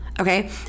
Okay